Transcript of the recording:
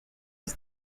was